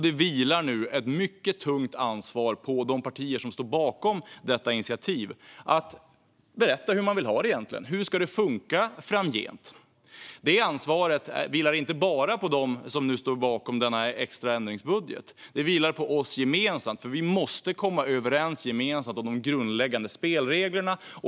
Det vilar nu ett mycket tungt ansvar på de partier som står bakom detta initiativ att berätta hur de egentligen vill ha det. Hur ska det funka framgent? Detta ansvar vilar inte bara på dem som nu står bakom denna extra ändringsbudget, utan även på oss gemensamt. Vi måste gemensamt komma överens om de grundläggande spelreglerna.